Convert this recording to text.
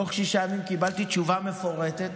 תוך שישה ימים קיבלתי תשובה מפורטת.